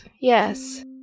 yes